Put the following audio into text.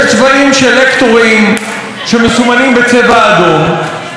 יש צבעים של לקטורים שמסומנים בצבע אדום,